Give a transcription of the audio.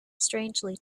strangely